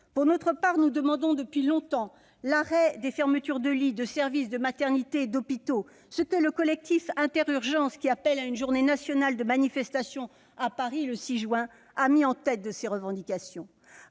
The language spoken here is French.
Pour notre part, nous demandons depuis longtemps l'arrêt des fermetures de lits, de services, de maternités et d'hôpitaux, ce que le collectif Inter-Urgences, qui appelle à une journée nationale de manifestation à Paris, le 6 juin prochain, a mis en tête de ses revendications.